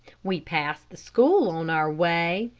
we passed the school on our way.